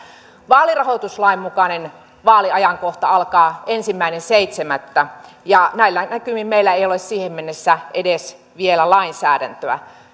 vaalirahoituslain mukainen vaaliajanjakso alkaa ensimmäinen seitsemättä ja näillä näkymin meillä ei ole siihen mennessä vielä edes lainsäädäntöä